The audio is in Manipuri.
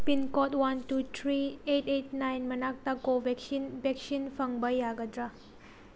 pincode one two three eight eight nine ꯃꯅꯥꯛꯇ ꯀꯣꯕꯦꯛꯁꯤꯟ ꯕꯦꯛꯁꯤꯟ ꯐꯪꯕ ꯌꯥꯒꯗ꯭ꯔ